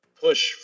push